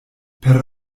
per